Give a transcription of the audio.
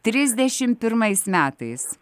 trisdešimt pirmais metais